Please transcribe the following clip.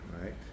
right